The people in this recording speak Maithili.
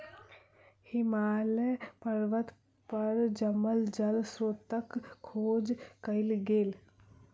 हिमालय पर्वत पर जमल जल स्त्रोतक खोज कयल गेल